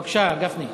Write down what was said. בבקשה, אדוני.